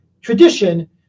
tradition